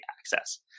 access